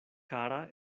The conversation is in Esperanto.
kara